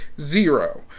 Zero